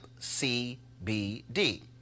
CBD